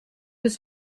was